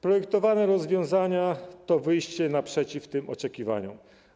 Projektowane rozwiązania to wyjście naprzeciw tym oczekiwaniom.